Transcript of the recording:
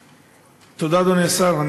תודה, אדוני השר.